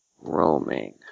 Roaming